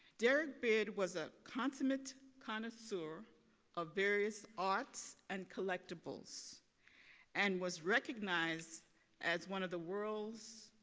derrick beard was a consummate connoisseur of various arts and collectibles and was recognized as one of the world's